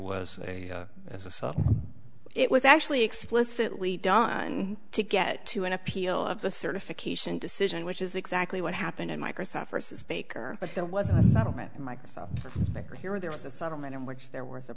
decision it was so it was actually explicitly done to get to an appeal of the certification decision which is exactly what happened in microsoft as baker but there was a settlement in microsoft here or there was a settlement in which there was a